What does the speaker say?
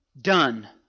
done